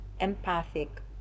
empathic